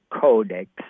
codex